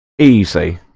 easy